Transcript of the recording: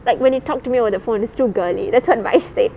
like when you talk to me over the phone it's too girly that's what my state